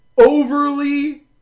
overly